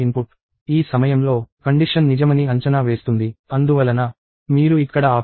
ఈ సమయంలో కండిషన్ నిజమని అంచనా వేస్తుంది అందువలన మీరు ఇక్కడ ఆపండి